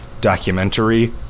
documentary